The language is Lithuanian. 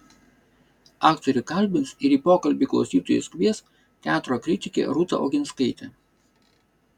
aktorių kalbins ir į pokalbį klausytojus kvies teatro kritikė rūta oginskaitė